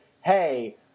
hey